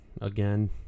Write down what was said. Again